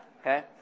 Okay